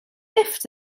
lifft